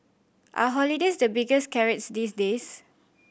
are holidays the biggest carrots these days